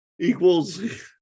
equals